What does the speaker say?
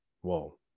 Whoa